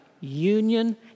union